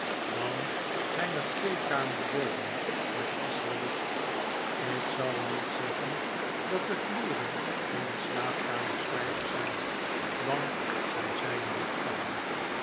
dan zgn er twee kamers boven met gas verlicht ik zal niet zeggen dat de vloeren van die slaapkamers veilig zgn want zg zgn niet veilig